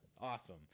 Awesome